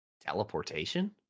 teleportation